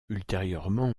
ultérieurement